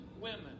women